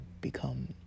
become